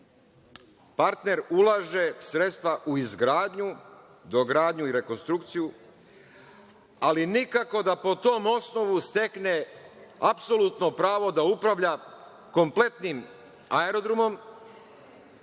partner ulaže sredstva u izgradnju, dogradnju i rekonstrukciju, ali nikako da po tom osnovu stekne apsolutno pravo da upravlja kompletnim aerodromom,